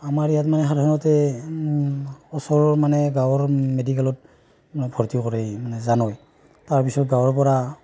আমাৰ ইয়াত মানে সাধাৰণতে ওচৰৰ মানে গাঁৱৰ মেডিকেলত মানে ভৰ্তি কৰে মানে জনায় তাৰপিছত গাঁৱৰ পৰা